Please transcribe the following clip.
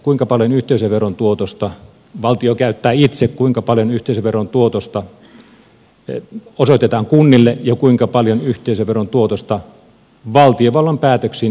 kuinka paljon yhteisöveron tuotosta valtio käyttää itse kuinka paljon yhteisöveron tuotosta osoitetaan kunnille ja kuinka paljon yhteisöveron tuotosta valtiovallan päätöksin siirretään seurakunnille